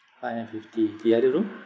five hundred fifty the other room